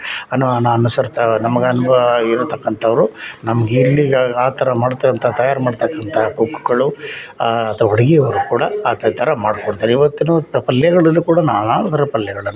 ಅನ್ನೋ ಅನಸರ್ತ ನಮಗೆ ಅನುಭವ ಇರತಕ್ಕಂಥವ್ರು ನಮ್ಗೆ ಇಲ್ಲಿ ಆ ಥರ ಮಾಡ್ತೊ ಅಂತ ತಯಾರು ಮಾಡತಕ್ಕಂಥ ಕುಕ್ಗಳು ಕೂಡ ಆ ಥರ ಮಾಡ್ಕೊಡ್ತಾರೆ ಈವತ್ತೂನು ಪಲ್ಯಗಳಲ್ಲೂ ಕೂಡ ನಾನಾ ಥರ ಪಲ್ಯಗಳನ್ನು